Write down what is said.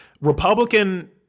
Republican